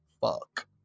fuck